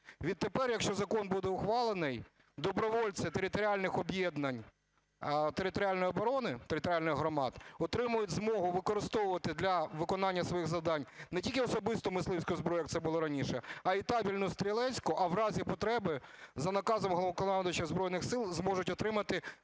від тепер, якщо закон буде ухвалений, добровольці територіальних об'єднань територіальної оборони територіальних громад отримають змогу використовувати, для виконання своїх завдань, не тільки особисту мисливську зброю, як це було раніше, а і табельну стрілецьку, а в разі потреби, за наказом Головнокомандувача Збройних Сил, зможуть отримати будь-яке